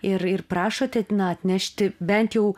ir ir prašote na atnešti bent jau